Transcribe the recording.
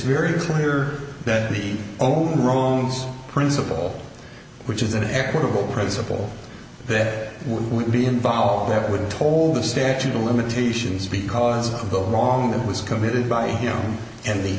very clear that the only wrongs principle which is an equitable principle that would be involved that would have told the statute of limitations because of the wrong that was committed by him and the